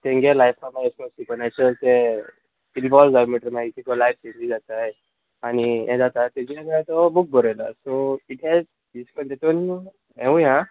तेंगे लायफान मागीर एशे कोन सुपनॅचुरल ते इनवॉल्व जाय म्हटरी मागीर तितू लायफ इजी जाताय आनी हें जाता तेजेर तो बूक बरयलो सो इट एज तितून हेंवूय आसा